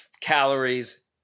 calories